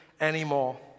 anymore